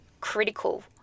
critical